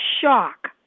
shock